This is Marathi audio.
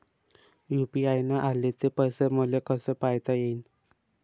यू.पी.आय न आले ते पैसे मले कसे पायता येईन?